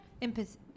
Impetus